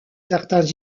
certains